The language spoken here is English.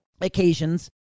occasions